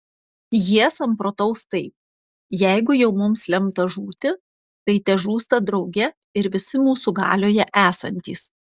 jie samprotaus taip jeigu jau mums lemta žūti tai težūsta drauge ir visi mūsų galioje esantys